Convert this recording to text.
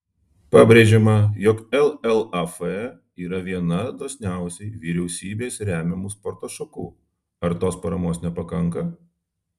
pabrėžiama jog llaf yra viena dosniausiai vyriausybės remiamų sporto šakų ar tos paramos nepakanka